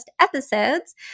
episodes